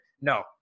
no